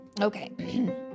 Okay